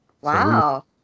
wow